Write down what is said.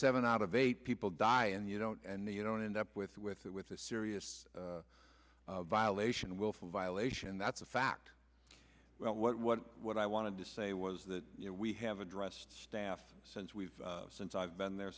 seven out of eight people die and you don't and you don't end up with with that with a serious violation willful violation that's a fact well what what what i wanted to say was that you know we have addressed staff since we've since i've been there